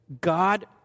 God